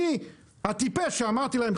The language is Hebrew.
אני הטיפש שאמרתי להם,